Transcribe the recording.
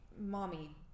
mommy